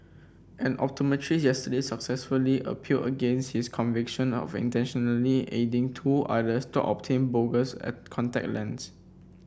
an optometrist yesterday successfully appealed against his conviction of intentionally aiding two others to obtain bogus a contact